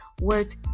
worth